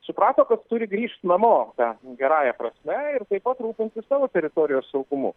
suprato kad turi grįžt namo ta gerąja prasme ir taip pat rūpintis savo teritorijos saugumu